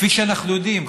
כפי שאנחנו יודעים,